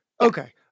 okay